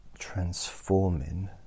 transforming